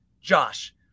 Josh